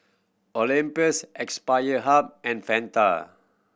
Olympus Aspire Hub and Fanta